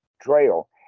trail